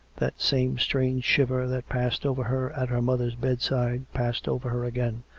that same strange shiver that passed over her at her mother's bedside, passed over her again,